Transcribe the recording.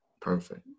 Perfect